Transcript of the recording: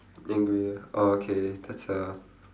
angry ah oh okay that's a